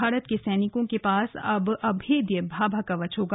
भारत के सैनिकों के पास अब अभेद भाभा कवच होगा